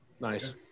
Nice